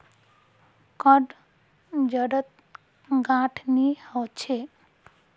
कंद जड़त गांठ नी ह छ